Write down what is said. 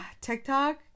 TikTok